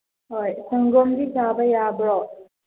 ꯍꯣꯏ ꯁꯪꯒꯣꯝꯗꯤ ꯆꯥꯕ ꯌꯥꯕ꯭ꯔꯣ